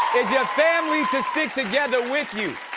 your family to stick together with you.